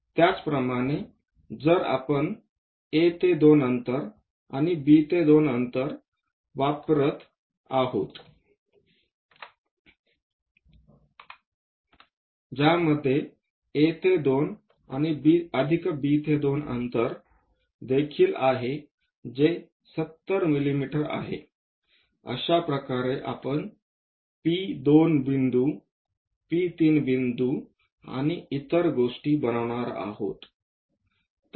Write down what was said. त्याचप्रमाणे जर आपण A ते २ अंतर आणि B ते २ अंतर वापरत आहोत ज्यामध्ये A२ अधिक B२ अंतर देखील आहे जे 70 मिमी आहे अशा प्रकारे आपण P2 बिंदू P3 बिंदू आणि इतर गोष्टी बनवणार आहोत